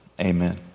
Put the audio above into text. Amen